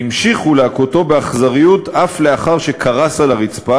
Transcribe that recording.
והמשיכו להכותו באכזריות אף לאחר שקרס על הרצפה,